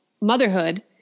motherhood